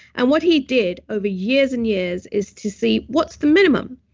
and what he did over years and years is to see, what's the minimum?